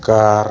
car